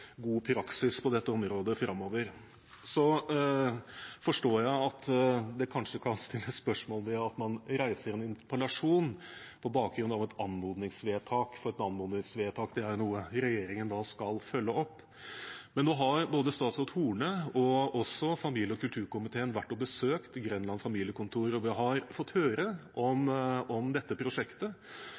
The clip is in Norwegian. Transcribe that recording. god praksis på dette området framover. Jeg forstår at det kanskje kan stilles spørsmål ved at man reiser en interpellasjon på bakgrunn av et anmodningsvedtak, for et anmodningsvedtak er jo noe som regjeringen skal følge opp. Men nå har både statsråd Horne og familie- og kulturkomiteen vært og besøkt Grenland familiekontor, og vi har fått høre om dette prosjektet.